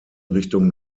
richtung